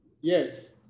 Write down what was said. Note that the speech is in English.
yes